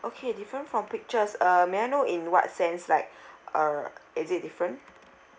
okay different from pictures uh may I know in what sense like uh is it different